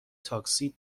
تاکسی